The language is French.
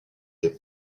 est